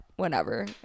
Whenever